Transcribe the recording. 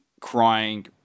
crying